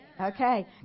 Okay